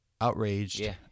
outraged